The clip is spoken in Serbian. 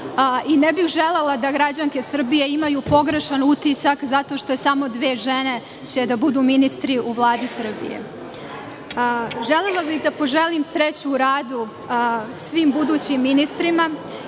i ne bih želela da građanke Srbije imaju pogrešan utisak, zato što će samo dve žene biti ministri u Vladi Srbije. Želela bih da poželim sreću u radu svim budućim ministrima.